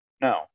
no